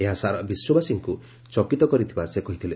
ଏହା ସାରା ବିଶ୍ୱବାସୀଙ୍କୁ ଚକିତ କରିଥିବା ସେ କହିଥିଲେ